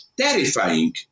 terrifying